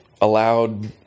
allowed